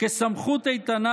כסמכות איתנה.